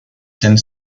sand